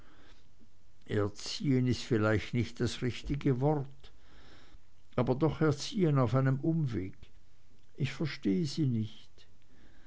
erziehen ist vielleicht nicht das richtige wort aber doch erziehen auf einem umweg ich verstehe sie nicht